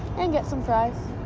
and get some fries.